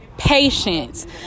Patience